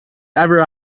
ever